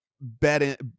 bet